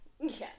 Yes